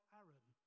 Aaron